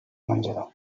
menjador